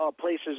places